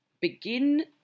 begin